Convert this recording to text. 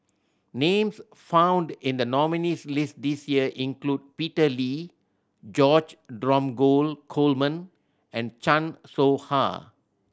names found in the nominees' list this year include Peter Lee George Dromgold Coleman and Chan Soh Ha